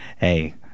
hey